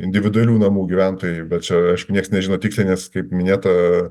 individualių namų gyventojai bet čia aišku nieks nežino tiksliai nes kaip minėta